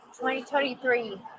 2023